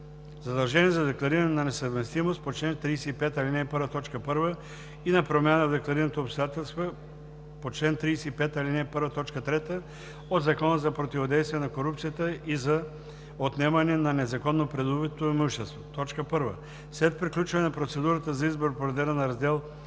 Задължение за деклариране на несъвместимост по чл. 35, ал. 1, т. 1 и на промяна в декларираните обстоятелства по чл. 35, ал. 1, т. 3 от Закона за противодействие на корупцията и за отнемане на незаконно придобитото имущество 1. След приключване на процедурата за избор по реда на Раздел V